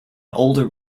older